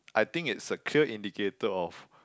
I think it's a clear indicator of